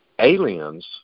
Aliens